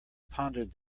pondered